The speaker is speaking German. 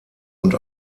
und